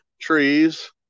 trees